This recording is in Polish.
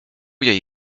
jej